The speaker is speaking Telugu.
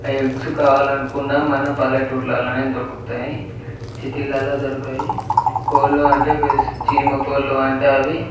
ఆ ఎగ్స్ కావాలనుకున్నా మన పల్లెటూళ్ళలోనే దొరుకుతాయి సిటీల్లో దొరకవు కోళ్ళు అంటే చీమకోళ్ళు అంటే అవి